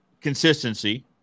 consistency